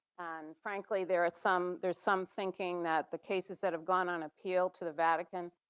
and frankly, there are some there's some thinking that the cases that have gone on appeal to the vatican,